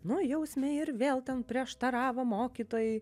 nu jausmė ir vėl ten prieštaravo mokytojui